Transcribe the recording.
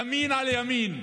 ימין על ימין,